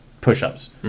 push-ups